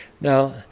Now